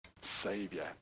savior